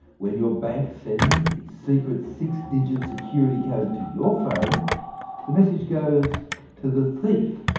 when your bank sends the secret six digit security code to your phone, the message goes to the thief,